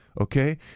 okay